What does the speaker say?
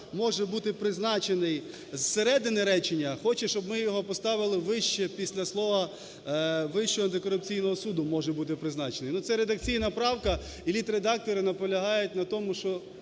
"може бути призначений" зсередини речення хоче, щоб ми його поставили вище, після слова "Вищого антикорупційного суду може бути призначений". Це редакційна правка, і літредактори наполягають на тому, що